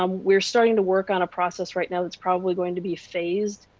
um we are starting to work on a process right now, it is probably going to be phased,